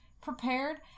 prepared